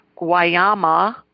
Guayama